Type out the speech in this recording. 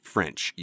French